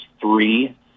three